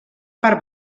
part